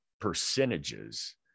percentages